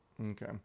Okay